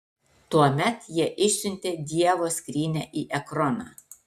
tuomet jie išsiuntė dievo skrynią į ekroną